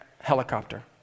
helicopter